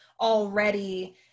already